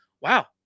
Wow